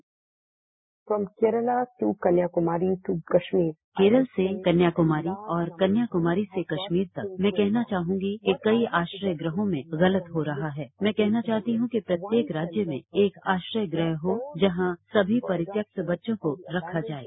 bite Kerala से कन्याकुमारी और कन्याकुमारी से कश्मीर तक मैं कहना चाहूंगी कि कई आश्रयगृहों में गलत हो रहा है मैं कहना चाहती हूं कि प्रत्येक राज्य में एक आश्रयगृह हो जहां सभी परित्यकत बच्चों को रखा जाये